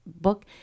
book